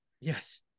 Yes